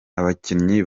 abakinnyi